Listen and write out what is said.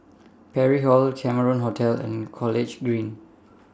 Parry Hall Cameron Hotel and College Green